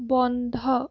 বন্ধ